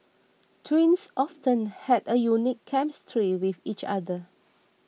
twins often had a unique chemistry with each other